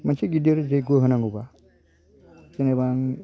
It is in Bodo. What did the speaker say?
मोनसे गिदिर जैग्य' होनांगौबा जेनेबा आं